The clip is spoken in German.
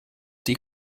die